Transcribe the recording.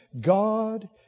God